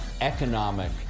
economic